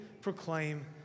proclaim